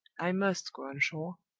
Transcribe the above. i must go on shore.